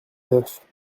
neuf